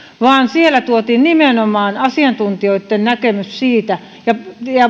ja siellä tuotiin nimenomaan asiantuntijoitten näkemys ja